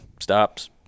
stops